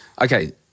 okay